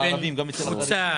על עוסקים.